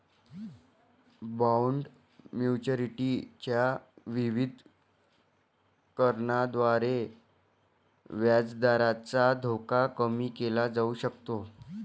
bond maturity च्या विविधीकरणाद्वारे व्याजदराचा धोका कमी केला जाऊ शकतो